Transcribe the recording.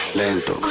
lento